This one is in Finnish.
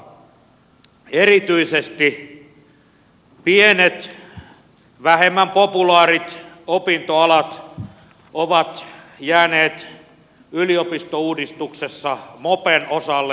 erityisesti pienet vähemmän populaarit opintoalat ovat jääneet yliopistouudistuksessa mopen osalle